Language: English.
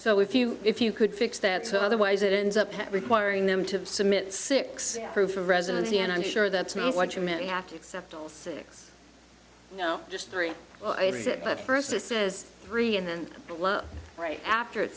so if you if you could fix that so otherwise it ends up that requiring them to submit six proof of residency and i'm sure that's not what you meant you have to accept all six no just three well i read it but first a says three and then blow right after it